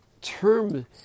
term